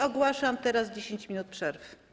Ogłaszam teraz 10 minut przerwy.